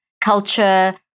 culture